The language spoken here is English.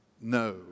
No